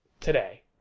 today